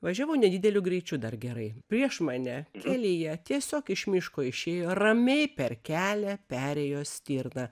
važiavau nedideliu greičiu dar gerai prieš mane kelyje tiesiog iš miško išėjo ramiai per kelią perėjo stirna